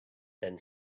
then